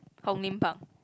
Hong-Lim-Park